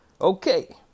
Okay